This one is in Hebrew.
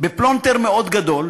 בפלונטר מאוד גדול,